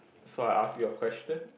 so I ask you a question